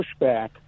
pushback